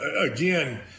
again